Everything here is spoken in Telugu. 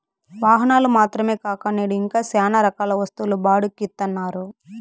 వాహనాలు మాత్రమే కాక నేడు ఇంకా శ్యానా రకాల వస్తువులు బాడుక్కి ఇత్తన్నారు